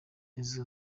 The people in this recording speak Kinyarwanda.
izo